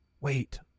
Wait